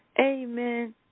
Amen